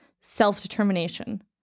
self-determination